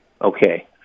Okay